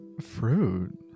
Fruit